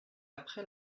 après